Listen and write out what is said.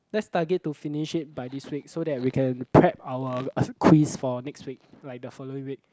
let's target to finish it by this week so that we can prep our quiz for next week like the following week